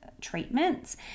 treatments